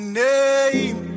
name